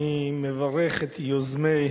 אני מברך את יוזמי